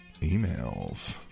emails